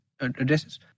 addresses